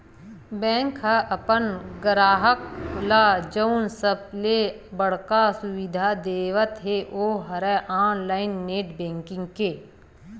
bank ह अपन गराहक ल जउन सबले बड़का सुबिधा देवत हे ओ हरय ऑनलाईन नेट बेंकिंग के